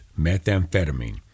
methamphetamine